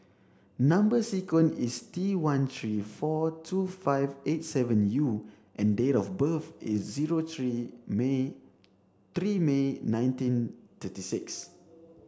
number sequence is T one three four two five eight seven U and date of birth is zero three May three May nineteen thirty six